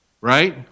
right